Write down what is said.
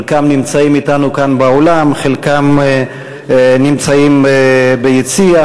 חלקם נמצאים אתנו כאן באולם, חלקם נמצאים ביציע.